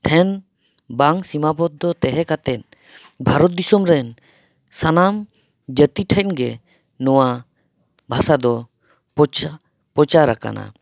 ᱴᱷᱮᱱ ᱵᱟᱝ ᱥᱤᱢᱟ ᱵᱚᱫᱷᱚ ᱛᱟᱦᱮᱸ ᱠᱟᱛᱮᱫ ᱵᱷᱟᱨᱚᱛ ᱫᱤᱥᱚᱢ ᱨᱮᱱ ᱥᱟᱱᱟᱢ ᱡᱟᱹᱛᱤ ᱴᱷᱮᱱ ᱜᱮ ᱱᱚᱣᱟ ᱵᱷᱟᱥᱟ ᱫᱚ ᱯᱚᱪᱟ ᱯᱨᱚᱪᱟᱨ ᱟᱠᱟᱱᱟ